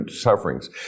sufferings